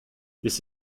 this